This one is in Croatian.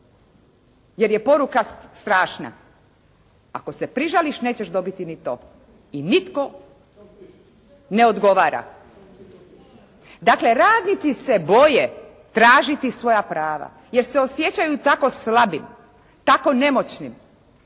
jer je poruka strašna. Ako se prižališ nećeš dobiti ni to i nitko ne odgovara. Dakle, radnici se boje tražiti svoja prava jer se osjećaju tako slabim, tako nemoćnim